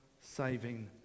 saving